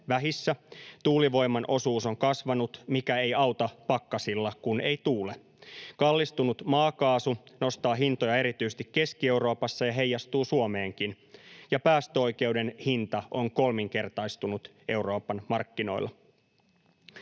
vähissä. Tuulivoiman osuus on kasvanut, mikä ei auta pakkasilla, kun ei tuule. Kallistunut maakaasu nostaa hintoja erityisesti Keski-Euroopassa ja heijastuu Suomeenkin, ja päästöoikeuden hinta on kolminkertaistunut Euroopan markkinoilla.